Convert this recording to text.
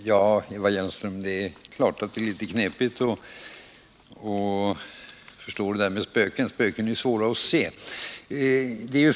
Herr talman! Det är klart, Eva Hjelmström, att det är litet knepigt att förstå det där med spöken. De är ju svåra att se.